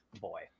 Boy